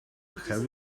have